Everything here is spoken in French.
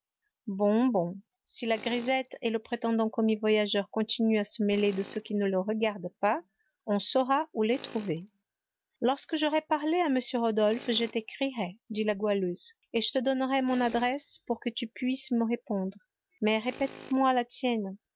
bon bon si la grisette et le prétendu commis voyageur continuent à se mêler de ce qui ne les regarde pas on saura où les trouver lorsque j'aurai parlé à m rodolphe je t'écrirai dit la goualeuse et je te donnerai mon adresse pour que tu puisses me répondre mais répète-moi la tienne